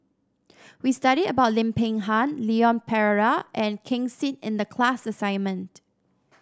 we study about Lim Peng Han Leon Perera and Ken Seet in the class assignment